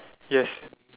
yes